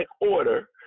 order